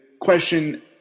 question